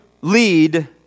lead